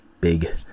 big